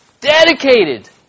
dedicated